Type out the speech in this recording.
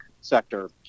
sector